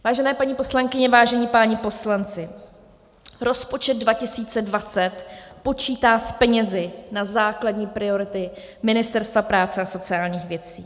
Vážené paní poslankyně, vážení páni poslanci, rozpočet 2020 počítá s penězi na základní priority Ministerstva práce a sociálních věcí.